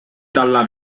dalla